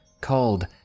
called